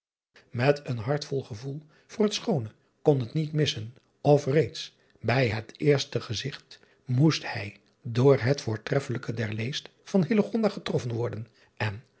et een hart vol gevoel voor het schoone kon het niet missen of reeds bij het eerste gezigt moest hij door het voortreffelijke der leest van getroffen worden en